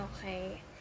Okay